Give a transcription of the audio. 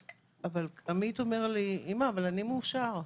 אבל עמית אומר לי, אבל אני מאושר,